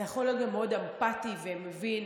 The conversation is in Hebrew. אתה יכול להיות מאד אמפטי ומבין,